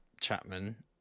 Chapman